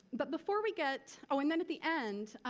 but, before we get, oh and then at the end,